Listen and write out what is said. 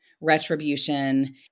retribution